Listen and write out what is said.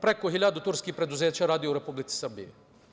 Preko hiljadu turskih preduzeća radi u Republici Srbiji.